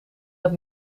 dat